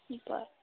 बरं